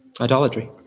Idolatry